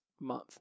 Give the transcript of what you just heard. month